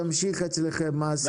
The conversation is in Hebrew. תמשיך אצלכם מה עשיתם.